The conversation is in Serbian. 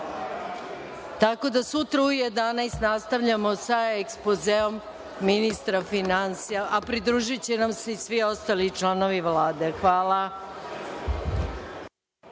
radom sutra u 11.00 časova, sa ekspozeom ministra finansija, a pridružiće nam se i svi ostali članovi Vlade. Hvala.